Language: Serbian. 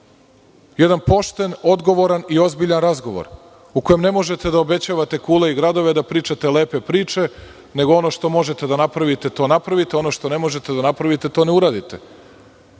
jedan pošten, odgovoran i ozbiljan razgovor u kojem ne možete da obećavate kule i gradove, da pričate lepe priče nego ono što možete da napravite, to napravite, ono što ne možete da napravite, to ne uradite